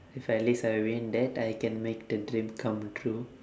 if at least I win that I can make the dream come true